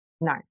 No